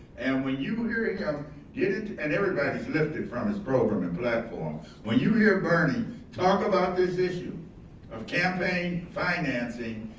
and when you hear him get into. and everybody's lifted from his program and platforms, when you hear bernie talk about this issue of campaign financing,